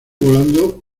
volando